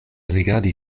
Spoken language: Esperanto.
rigardas